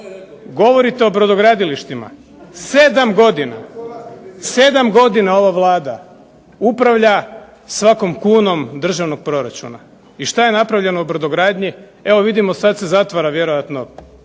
Govorite o brodogradilištima. 7 godina ova Vlada upravlja svakom kunom državnog proračuna. I šta je napravljeno u brodogradnji? Evo vidimo sad se zatvara vjerojatno,